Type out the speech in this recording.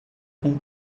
com